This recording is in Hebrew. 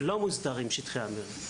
אך שטחי המרעה